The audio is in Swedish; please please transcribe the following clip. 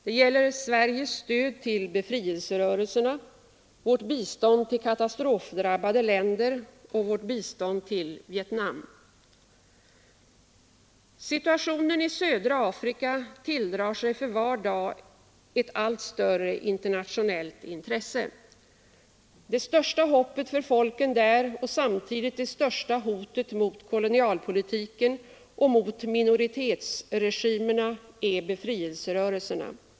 Det gäller Sveriges stöd till befrielserörelserna, vårt bistånd till katastrofdrabbade länder och vårt bistånd till Vietnam. Situationen i södra Afrika tilldrar sig för var dag ett allt större internationellt intresse. Det största hoppet för folken där, och samtidigt det största hotet mot kolonialpolitiken och mot minoritetsregimerna, är befrielserörelserna.